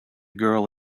girl